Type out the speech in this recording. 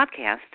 podcast